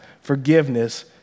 Forgiveness